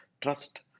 trust